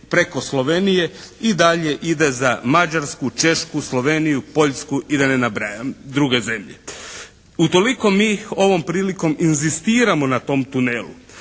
preko Slovenije i dalje ide za Mađarsku, Češku, Sloveniju, Poljsku i da ne nabrajam druge zemlje. Utoliko mi ovom prilikom inzistiramo na tom tunelu,